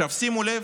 שימו לב,